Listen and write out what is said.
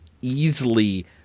easily